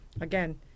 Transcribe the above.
again